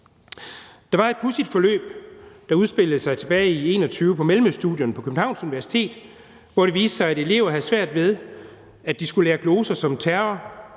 Der var et pudsigt forløb, der udspillede sig tilbage i 2021 på mellemøststudierne på Københavns Universitet, hvor det viste sig, at elever havde det svært med at skulle lære gloser som terror,